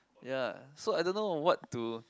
ya so I don't know what to